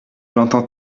l’entends